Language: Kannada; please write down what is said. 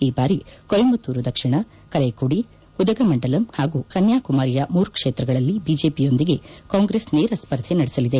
ಈ ಬಾರಿ ಕೊಯಮತ್ತೂರು ದಕ್ಷಿಣ ಕರೈಕುಡಿ ಉದಗಮಂಡಲಂ ಹಾಗೂ ಕನ್ಯಾಕುಮಾರಿಯ ಮೂರು ಕ್ಷೇತ್ರಗಳಲ್ಲಿ ಬಿಜೆಪಿಯೊಂದಿಗೆ ಕಾಂಗ್ರೆಸ್ ನೇರ ಸ್ವರ್ಧೆ ನಡೆಸಲಿದೆ